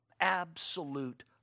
Absolute